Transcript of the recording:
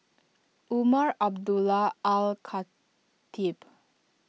Umar Abdullah Al Khatib